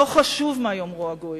לא חשוב מה יאמרו הגויים.